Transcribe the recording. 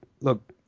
look